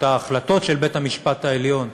או את ההחלטות של בית-המשפט העליון,